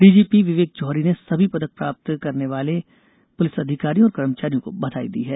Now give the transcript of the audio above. DGP Vivek Johri ने सभी पदक प्राप्त करने वाले सभी पुलिस अधिकारियों और कर्मचारियों को बधाई दी है